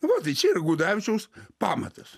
va tai čia yra gudavičiaus pamatas